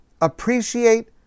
appreciate